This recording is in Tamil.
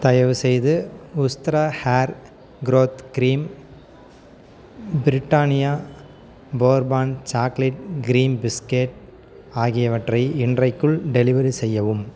தயவுசெய்து Ustraa hair growth cream Britannia bourbon chocolate cream biscuit ஆகியவற்றை இன்றைக்குள் டெலிவெரி செய்யவும்